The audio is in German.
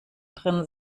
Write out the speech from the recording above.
drin